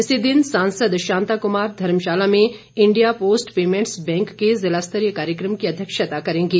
इसी दिन सांसद शांता कुमार धर्मशाला में इंडिया पोस्ट पैमेंटस बैंक के जिलास्तरीय कार्यक्रम की अध्यक्षता करेंगे